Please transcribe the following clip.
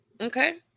Okay